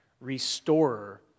restorer